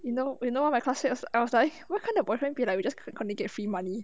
you know you know what my classmates I was like what kind of boyfriend say lah okay help me get free money